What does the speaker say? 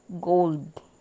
gold